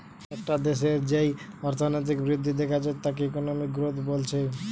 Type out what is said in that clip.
একটা দেশের যেই অর্থনৈতিক বৃদ্ধি দেখা যায় তাকে ইকোনমিক গ্রোথ বলছে